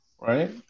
right